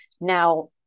Now